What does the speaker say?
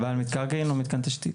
על בעל מקרקעין או מתקן תשתית?